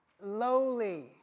lowly